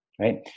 right